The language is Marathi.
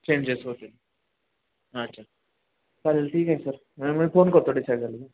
चेंजेस होतील अच्छा चालेल ठीके सर आणि मी फोन करतो डिसाइड झालं की